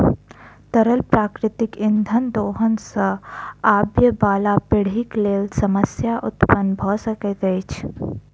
तरल प्राकृतिक इंधनक दोहन सॅ आबयबाला पीढ़ीक लेल समस्या उत्पन्न भ सकैत अछि